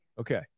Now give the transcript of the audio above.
okay